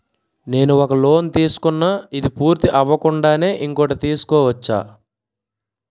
నేను ఒక లోన్ తీసుకున్న, ఇది పూర్తి అవ్వకుండానే ఇంకోటి తీసుకోవచ్చా?